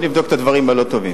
בוא נבדוק את הדברים הלא-טובים.